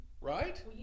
right